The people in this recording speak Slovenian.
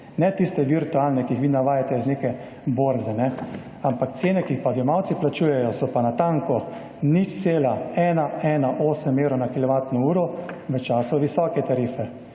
ne tiste virtualne, ki jih vi navajate z neke borze, ampak cene, ki jih pa odjemalci plačujejo, so pa natančno 0,118 evra na kilovatno uro v času visoke tarife,